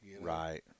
Right